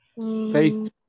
faith